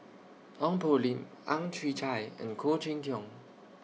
Ong Poh Lim Ang Chwee Chai and Khoo Cheng Tiong